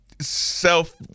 self